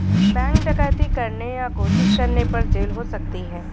bank डकैती करने या कोशिश करने पर जेल हो सकती है